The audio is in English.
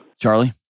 Charlie